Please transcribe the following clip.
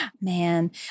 Man